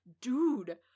dude